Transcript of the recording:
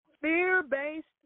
fear-based